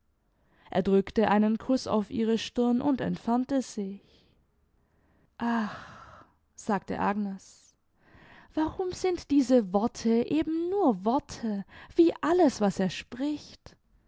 er drückte einen kuß auf ihre stirn und entfernte sich ach sagte agnes warum sind diese worte eben nur worte wie alles was er spricht